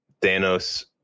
Thanos